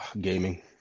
Gaming